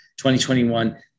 2021